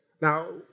Now